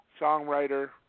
songwriter